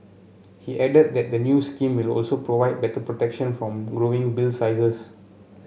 he added that the new scheme will also provide better protection from growing bill sizes